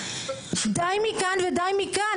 די מכאן ודי מכאן.